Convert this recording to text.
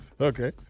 Okay